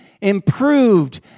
improved